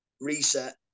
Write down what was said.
reset